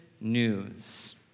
news